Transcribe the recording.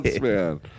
man